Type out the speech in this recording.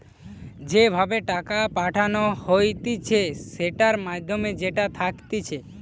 যে ভাবে টাকা পাঠানো হতিছে সেটার মাধ্যম যেটা থাকতিছে